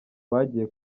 bagiye